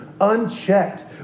Unchecked